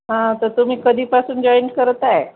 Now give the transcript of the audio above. हा तर तुम्ही कधीपासून जॉईन करत आहे